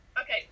Okay